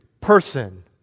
person